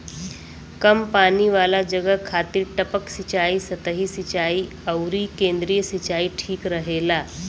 कम पानी वाला जगह खातिर टपक सिंचाई, सतही सिंचाई अउरी केंद्रीय सिंचाई ठीक रहेला